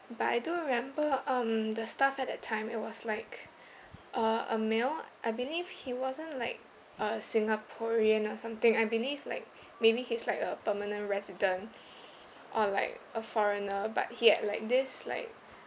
but I do remember um the staff at that time it was like uh a male I believe he wasn't like a singaporean or something I believe like maybe he's like a permanent resident or like a foreigner but he had like this like